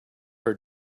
her